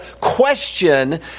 question